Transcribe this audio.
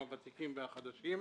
הוותיקים והחדשים,